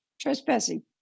Trespassing